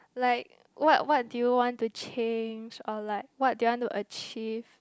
like what what did you want to change or like what did you want to achieve